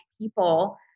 people